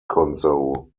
console